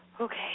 Okay